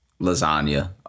lasagna